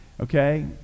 Okay